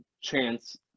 chance –